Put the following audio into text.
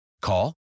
Call